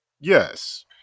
Yes